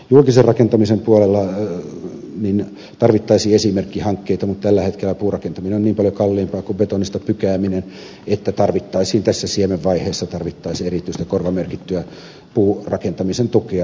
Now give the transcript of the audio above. julkisen rakentamisen puolella tarvittaisiin esimerkkihankkeita mutta tällä hetkellä puurakentaminen on niin paljon kalliimpaa kuin betonista pykääminen että tarvittaisiin tässä siemenvaiheessa erityistä korvamerkittyä puurakentamisen tukea suuriin julkisiin hankkeisiin